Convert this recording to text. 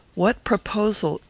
what proposal,